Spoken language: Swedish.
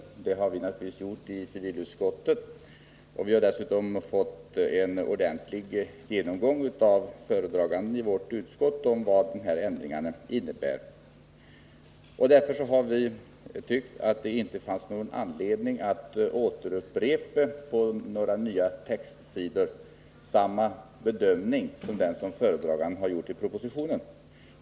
Vi i civilutskottet har naturligtvis gjort det, och vi har dessutom av föredraganden i utskottet fått en ordentlig genomgång av vad de i propositionen föreslagna ändringarna innebär. Eftersom ingen motion har väckts har vi inte tyckt att det funnits anledning att upprepa den bedömning som gjorts i propositionen av föredragande statsrådet.